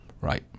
Right